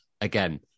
Again